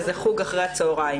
באיזה חוג אחרי הצהריים.